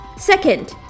second